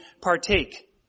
partake